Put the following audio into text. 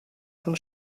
vom